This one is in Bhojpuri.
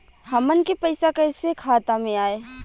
हमन के पईसा कइसे खाता में आय?